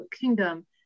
kingdom